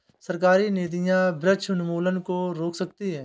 सरकारी नीतियां वृक्ष उन्मूलन को रोक सकती है